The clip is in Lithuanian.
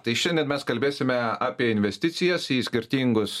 tai šiandien mes kalbėsime apie investicijas į skirtingus